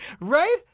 Right